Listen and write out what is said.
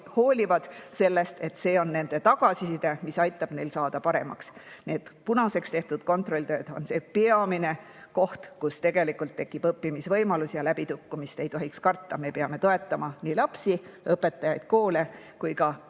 arvavad,] et see on neile tagasiside, mis aitab neil paremaks saada. Need punaseks tehtud kontrolltööd on see peamine koht, [mille põhjal] tegelikult tekib õppimisvõimalus. Läbikukkumist ei tohiks karta. Me peame toetama nii lapsi, õpetajaid, koole kui ka